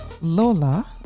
Lola